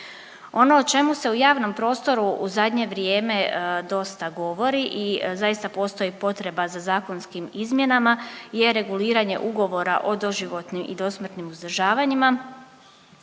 Ono o čemu se u javnom prostoru u zadnje vrijeme dosta govori i zaista postoji potreba za zakonskim izmjenama je reguliranje ugovora o doživotnim i dosmrtnim uzdržavanjima,